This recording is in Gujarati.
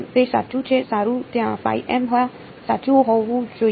તે સાચું છે સારું ત્યાં હા સાચું હોવું જોઈએ